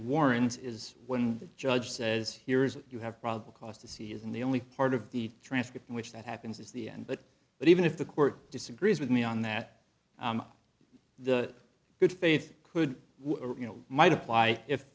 warrants is when the judge says here is what you have probable cause to see isn't the only part of the transcript in which that happens is the end but but even if the court disagrees with me on that the good faith could you know might apply if